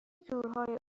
تورهای